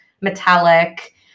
metallic